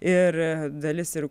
ir dalis ir